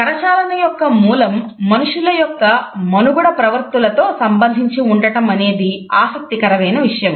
కరచాలన యొక్క మూలం మనుషుల యొక్క మనుగడ ప్రవృత్తులతో సంబంధించి ఉండటం అనేది ఆసక్తికరమైన విషయం